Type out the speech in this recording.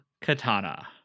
katana